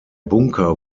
bunker